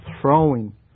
throwing